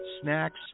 snacks